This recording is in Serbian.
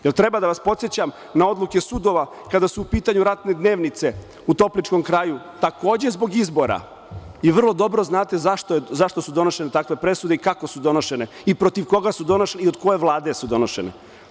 Jel treba da vas podsećam na odluke sudova kada su u pitanju ratne dnevnice u Topličkom kraju, takođe zbog izbora i vrlo dobro znate zašto su donošene takve presude i kako su donošene i protiv koga su donošene i od koje vlade su donošene.